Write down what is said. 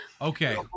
Okay